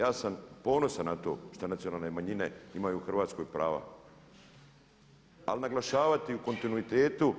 Ja sam ponosan na to šta nacionalne manjine imaju u Hrvatskoj prava ali naglašavati u kontinuitetu